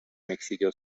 mexico